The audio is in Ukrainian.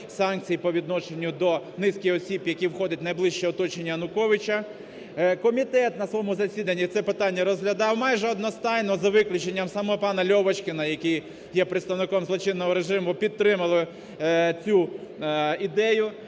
санкцій по відношенню до низки осіб, які входять в найближче оточення Януковича. Комітет на своєму засіданні це питання розглядав, майже одностайно, за виключенням саме пана Льовочкіна, який є представником злочинного режиму, підтримали цю ідею,